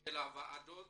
של הוועדות